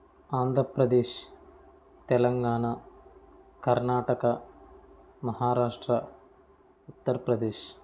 Andhra Pradesh Telangana Karnataka Maharashtra Uttar Pradesh